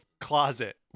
closet